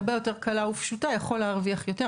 הרבה יותר קלה ופשוטה יכול להרוויח יותר,